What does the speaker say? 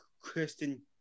Kristen